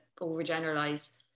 overgeneralize